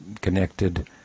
connected